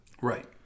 Right